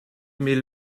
mais